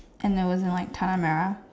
and I was in like Tanah-Merah